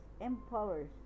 empowers